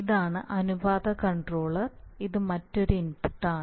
ഇതാണ് അനുപാത കൺട്രോളർ ഇത് മറ്റൊരു ഇൻപുട്ടാണ്